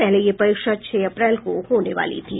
पहले यह परीक्षा छह अप्रैल को होने वाली थी